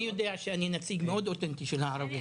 אני ממליצה --- אני יודע שאני נציג מאוד אותנטי של הערבים.